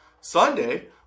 Sunday